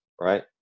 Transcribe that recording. right